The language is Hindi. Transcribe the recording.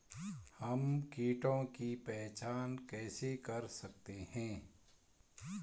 हम कीटों की पहचान कैसे कर सकते हैं?